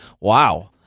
Wow